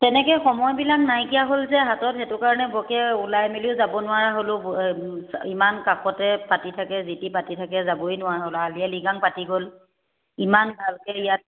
তেনেকে সময়বিলাক নাইকিয়া হ'ল যে হাতত সেইটো কাৰণে বৰকে ওলাই মেলিও যাব নোৱাৰা হ'লো ইমান কাষতে পাতি থাকে যি টি পাতি থাকে যাবই নোৱাৰা হ'লো আলি আঃয়ে লৃগাং পাতি গ'ল ইমান ভালকে ইয়াত